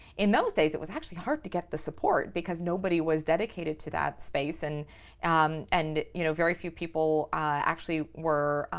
in those days it was actually hard to get the support because nobody was dedicated to that space. and um and you know, very few people actually were,